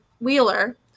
Wheeler